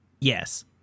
Yes